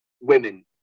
women